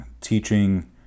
teaching